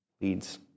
leads